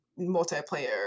multiplayer